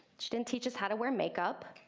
she didn't teach us how to wear make-up.